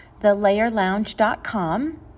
thelayerlounge.com